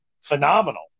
phenomenal